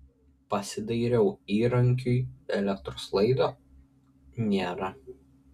pasidairiau įrankiui elektros laido nėra